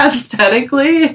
Aesthetically